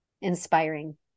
inspiring